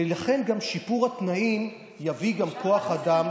ולכן גם שיפור התנאים יביא גם כוח אדם פנימה.